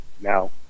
Now